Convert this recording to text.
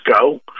go